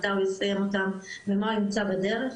מתי הוא יסיים אותם ומה ימצא בדרך,